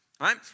right